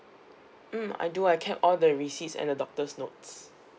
mm I do I kept all the receipts and a doctor's notes